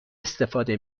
استفاده